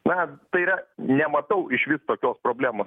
na tai yra nematau išvis tokios problemos